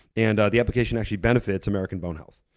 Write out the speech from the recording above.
and the application actually benefits american bone health,